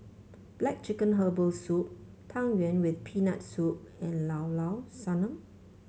black chicken Herbal Soup Tang Yuen with Peanut Soup and Llao Llao Sanum